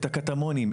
את הקטמונים,